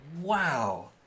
wow